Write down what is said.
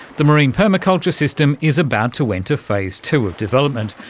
the marine permaculture system is about to enter phase two of development,